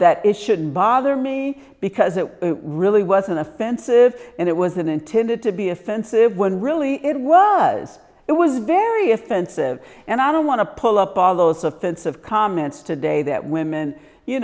that it shouldn't bother me because it really wasn't offensive and it was an intended to be offensive when really it was it was very offensive and i don't want to pull up all those offensive comments today that women you